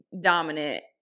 dominant